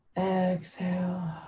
Exhale